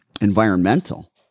environmental